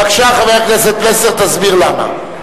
בבקשה, חבר הכנסת פלסנר, תסביר למה.